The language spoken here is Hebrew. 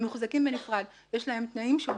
הם מוחזקים בנפרד ויש להם תנאים שונים.